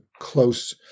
close